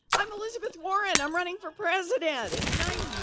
i'm elizabeth warren. i'm running for president. it's nice yeah